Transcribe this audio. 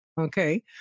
okay